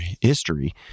history